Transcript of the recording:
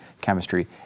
chemistry